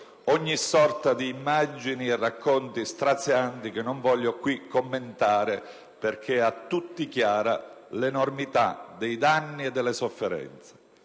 ogni sorta di immagini e racconti strazianti, che non voglio qui commentare, perché a tutti è chiara l'enormità dei danni e delle sofferenze.